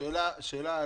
שהם בעצם שני סעיפים,